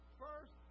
first